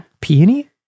peony